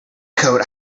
coat